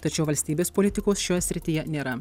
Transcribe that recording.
tačiau valstybės politikos šioje srityje nėra